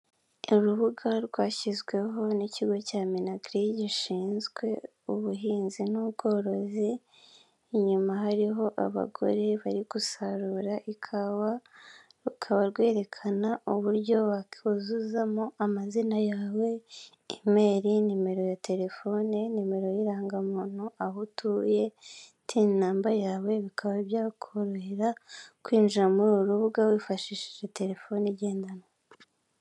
Urubuga rwashyizweho n'ikigo cya minagiri gishinzwe ubuhinzi n'ubworozi, inyuma hariho abagore bari gusarura ikawa, rukaba rwerekana uburyo wakuzuzamo amazina yawe, imeri, nimero ya telefone, nimero y'irangamuntu, aho utuye, tini namba yawe bikaba byakorohera kwinjira muri uru rubuga wifashishije telefone igendanwa.